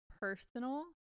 personal